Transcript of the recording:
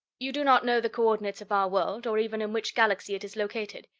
you do not know the coordinates of our world, or even in which galaxy it is located.